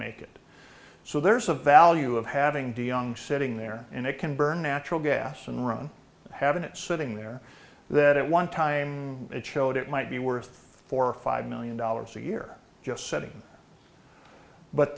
make it so there's a value of having to young sitting there and it can burn natural gas and run have it sitting there that one time it showed it might be worth four or five million dollars a year just sitting but